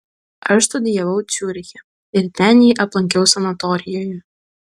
aš studijavau ciuriche ir ten jį aplankiau sanatorijoje